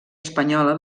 espanyola